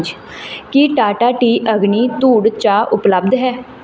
ਕੀ Tata tea ਅਗਨੀ ਧੂੜ ਚਾਹ ਉਪਲੱਬਧ ਹੈ